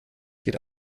geht